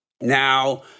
Now